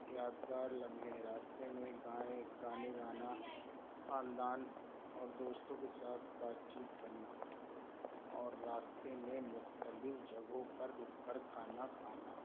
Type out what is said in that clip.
یادگار لمحے راستے میں گائیں گانے گانا خاندان اور دوستوں کے ساتھ بات چیت کرنا اور راستے میں مختلف جگہوں پر رک کر کھانا کھانا